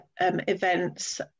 events